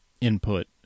input